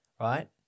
right